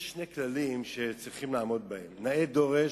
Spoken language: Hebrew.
יש שני כללים שצריכים לעמוד בהם: נאה דורש,